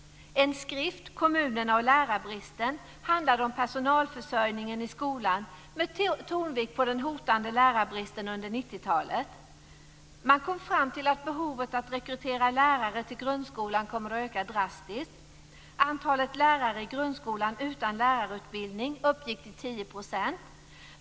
En skrift, Kommunerna och lärarbristen, handlade om personalförsörjningen i skolan med tonvikt på den hotande lärarbristen under 90-talet. Man kom fram till att behovet av att rekrytera lärare till grundskolan kommer att öka drastiskt. Andelen lärare i grundskolan utan lärarutbildning uppgick till 10 %.